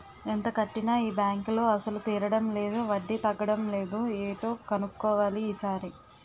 ఎంత కట్టినా ఈ బాంకులో అసలు తీరడం లేదు వడ్డీ తగ్గడం లేదు ఏటో కన్నుక్కోవాలి ఈ సారి